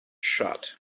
shut